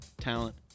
talent